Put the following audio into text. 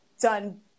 done